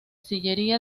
sillería